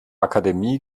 akademie